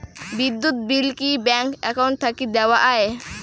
বিদ্যুৎ বিল কি bank account থাকি দেওয়া য়ায়?